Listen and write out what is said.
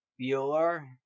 Bueller